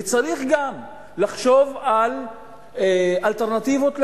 וצריך גם לחשוב על אלטרנטיבות לחשמל.